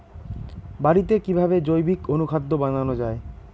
বাড়িতে কিভাবে জৈবিক অনুখাদ্য বানানো যায়?